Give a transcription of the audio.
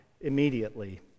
immediately